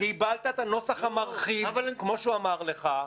קיבלת את הנוסח המרחיב, כמו שהוא אמר לך.